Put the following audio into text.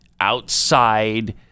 outside